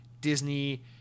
Disney